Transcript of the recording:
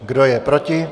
Kdo je proti?